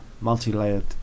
multi-layered